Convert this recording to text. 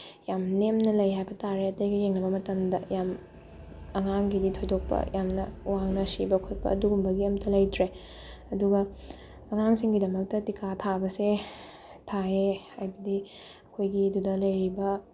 ꯌꯥꯝ ꯅꯦꯝꯅ ꯂꯩ ꯍꯥꯏꯕ ꯇꯥꯔꯦ ꯑꯇꯩꯒ ꯌꯦꯡꯟꯕ ꯃꯇꯝꯗ ꯌꯥꯝ ꯑꯉꯥꯡꯒꯤꯗꯤ ꯊꯣꯏꯗꯣꯛꯄ ꯌꯥꯝꯅ ꯋꯥꯡꯅ ꯁꯤꯕ ꯈꯣꯠꯄ ꯑꯗꯨꯒꯨꯝꯕꯒꯤ ꯑꯝꯇ ꯂꯩꯇ꯭ꯔꯦ ꯑꯗꯨꯒ ꯑꯉꯥꯡꯁꯤꯡꯒꯤꯗꯃꯛꯇ ꯇꯤꯀꯥ ꯊꯥꯕꯁꯦ ꯊꯥꯏꯌꯦ ꯍꯥꯏꯕꯗꯤ ꯑꯩꯈꯣꯏꯒꯤꯗꯨꯗ ꯂꯩꯔꯤꯕ